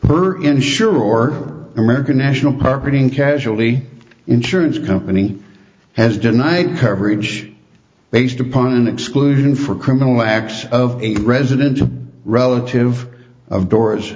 her insurer or american national carpeting casualty insurance company has denied coverage based upon an exclusion for criminal acts of a resident a relative of do